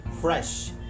fresh